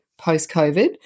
post-covid